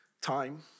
time